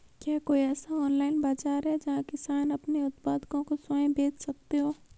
क्या कोई ऐसा ऑनलाइन बाज़ार है जहाँ किसान अपने उत्पादकों को स्वयं बेच सकते हों?